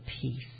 peace